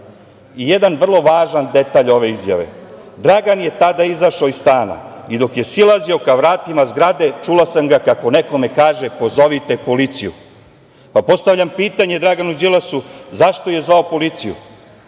vrata. Jedan vrlo važan detalj ove izjave – Dragan je tada izašao iz stana i dok je silazio ka vratima zgrade čula sam ga kako nekome kaže, pozovite policiju. Postavljam pitanje Đilasu, zašto je zvao policiju,